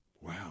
Wow